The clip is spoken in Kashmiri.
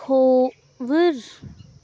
کھووُر